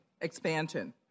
expansion